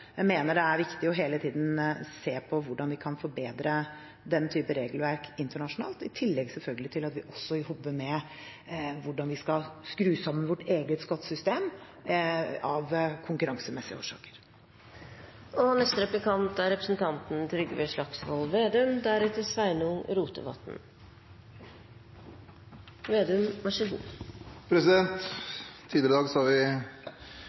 jeg det er viktig at vi fortsetter å holde oppe trykket på. Jeg mener det er viktig hele tiden å se på hvordan vi kan forbedre den typen regelverk internasjonalt, i tillegg til at vi selvfølgelig også jobber med hvordan vi skal skru sammen vårt eget skattesystem av konkurransemessige årsaker. Tidligere i dag merket vi oss at Fremskrittspartiet har